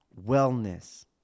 wellness